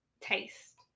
taste